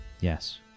Yes